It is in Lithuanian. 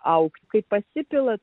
augti kai pasipila